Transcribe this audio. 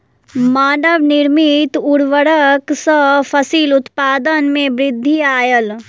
मानव निर्मित उर्वरक सॅ फसिल उत्पादन में वृद्धि आयल